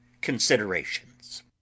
CONSIDERATIONS